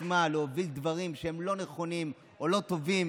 עצמה להוביל דברים שהם לא נכונים או לא טובים,